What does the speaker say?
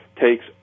takes